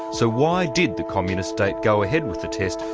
so why did the communist state go ahead with the test,